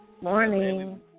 Morning